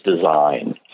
design